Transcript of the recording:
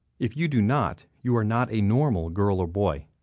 if you do not you are not a normal girl or boy.